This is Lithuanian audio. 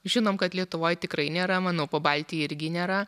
žinom kad lietuvoj tikrai nėra manau pabaltijy irgi nėra